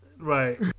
Right